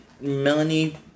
Melanie